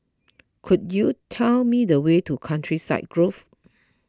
could you tell me the way to Countryside Grove